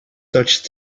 touched